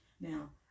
Now